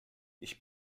ich